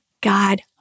God